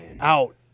Out